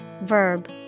verb